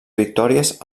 victòries